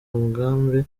umugambi